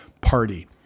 party